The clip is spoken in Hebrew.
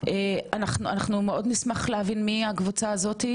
אנחנו מאוד נשמח להבין מי הקבוצה הזאת,